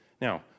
Now